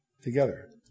together